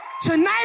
Tonight